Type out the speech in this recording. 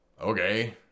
Okay